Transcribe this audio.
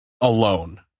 alone